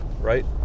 Right